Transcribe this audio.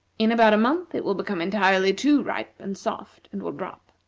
in about a month it will become entirely too ripe and soft, and will drop.